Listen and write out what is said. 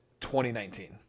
2019